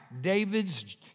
David's